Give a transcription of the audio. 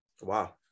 Wow